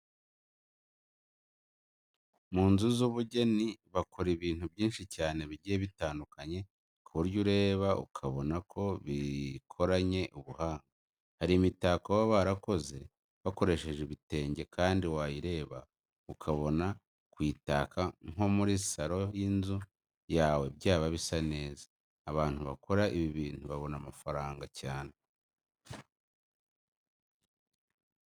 Mu nzu z'ubugeni bakora ibintu byinshi cyane bigiye bitandukanye ku buryo ureba ukabona ko bikoranye ubuhanga. Hari imitako baba barakoze bakoresheje ibitenge kandi wayireba ukabona kuyitaka nko muri saro y'inzu yawe byaba bisa neza. Abantu bakora ibi bintu babona amafaranga cyane.